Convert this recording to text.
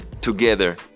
together